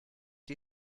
die